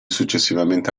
successivamente